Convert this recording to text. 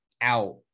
out